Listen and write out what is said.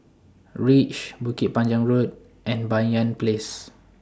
REACH Bukit Panjang Road and Banyan Place